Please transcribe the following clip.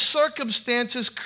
circumstances